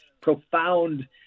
profound